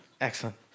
Excellent